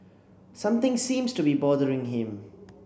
something seems to be bothering him